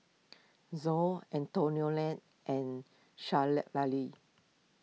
Zoa Antoinette and Shelley Lali